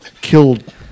killed